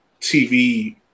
TV